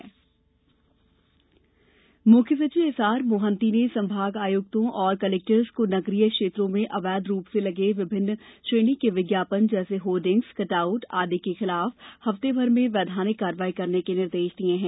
अवैध होर्डिग्स कार्यवाही मुख्य सचिव एस आर मोहती ने संभागायुक्तों और कलेक्टर्स को नगरीय क्षेत्रों में अवैध रूप से लगे विभिन्न श्रेणी के विज्ञापन जैसे होर्डिंग्स कटआउट आदि के विरूद्व हफ्ते भर में वैधानिक कार्यवाही करने के निर्देश दिये हैं